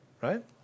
right